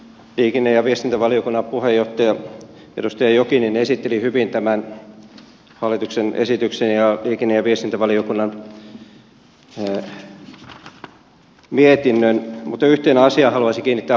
liikenne ja viestintävaliokunnan puheenjohtaja edustaja jokinen esitteli hyvin tämän hallituksen esityksen ja liikenne ja viestintävaliokunnan mietinnön mutta yhteen asiaan haluaisin kiinnittää huomiota